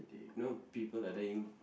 you know people are dying